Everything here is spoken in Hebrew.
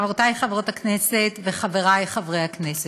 חברותי חברות הכנסת וחברי חברי הכנסת,